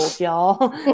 y'all